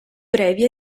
brevi